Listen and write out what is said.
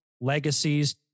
legacies